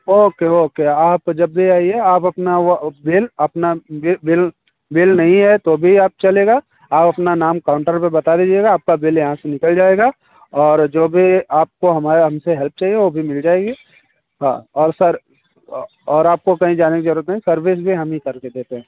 okay okay आप जब भी आइए आप अपना वो अ बिल अपना बिल बिल बिल नहीं है तो भी आप चलेगा आप अपना नाम काउंटर पर बता दीजिएगा आपका बिल यहाँ से निकल जाएगा और जो भी आपको हमाए हमसे हेल्प चाहिए वो भी मिल जाएगी हाँ और सर अ और आपको कहीं जाने की जरूरत नहीं सर्विस भी हम ही करके देते हैं